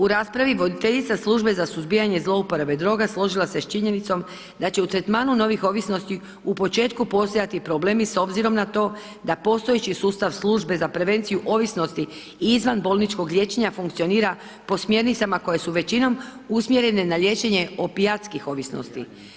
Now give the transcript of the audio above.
U raspravi voditeljica službe za suzbijanje zlouporabe droga složila se s činjenicom da će u tretmanu novih ovisnosti u početku postojati problemi s obzirom na to da postojeći sustav službe za prevenciju ovisnosti izvanbolničkog liječenja funkcionira po smjernicama koje su većinom usmjerene na liječenje opijatskih ovisnosti.